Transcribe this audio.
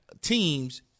teams